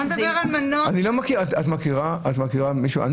את מכירה רשות כזאת?